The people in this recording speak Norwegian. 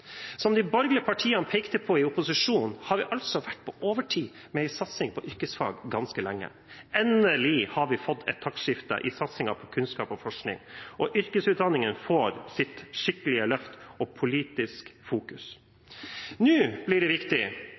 Som de borgerlige partiene pekte på i opposisjon, har vi altså vært på overtid med en satsing på yrkesfag ganske lenge. Endelig har vi fått et taktskifte i satsingen på kunnskap og forskning, og yrkesutdanningen får et skikkelig løft og politisk fokus. Nå blir det viktig